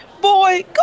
Boy